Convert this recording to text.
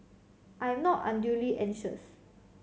I'm not unduly anxious